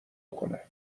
کنه